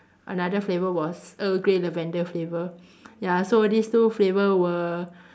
another flavour was earl grey lavender flavour ya so these two flavour were